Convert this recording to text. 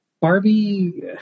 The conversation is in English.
Barbie